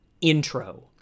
intro